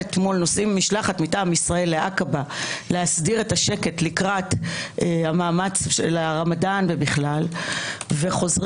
נוסעת משלחת מטעם ישראל לעקבה להסדיר את השקט לקראת הרמדאן ובכלל וחוזרים